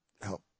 help